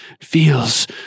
feels